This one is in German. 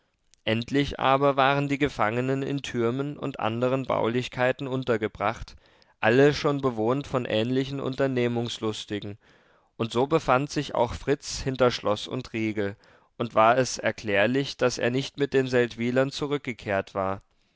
endlich aber waren die gefangenen in türmen und andern baulichkeiten untergebracht alle schon bewohnt von ähnlichen unternehmungslustigen und so befand sich auch fritz hinter schloß und riegel und war es erklärlich daß er nicht mit den seldwylern zurückgekehrt war